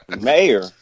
Mayor